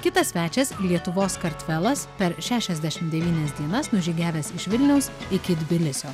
kitas svečias lietuvos kartvelas per šešiasdešimt devynias dienas nužygiavęs iš vilniaus iki tbilisio